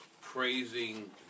praising